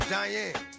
Diane